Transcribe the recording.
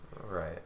right